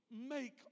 Make